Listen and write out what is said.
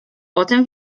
potem